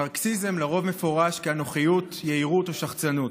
נרקיסיזם מפורש לרוב כאנוכיות, יהירות או שחצנות.